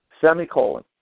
Semicolon